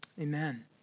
Amen